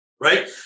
right